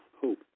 Hope